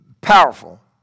powerful